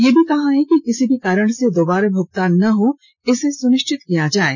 यह भी कहा है कि किसी भी कारण से दोबारा भुगतान न हो इसे सुनिश्चित किया जाये